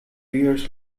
years